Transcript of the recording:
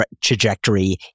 trajectory